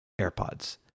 airpods